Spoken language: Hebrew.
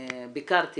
ביקרתי